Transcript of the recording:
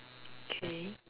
okay